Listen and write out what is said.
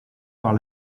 par